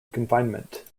confinement